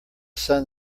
sun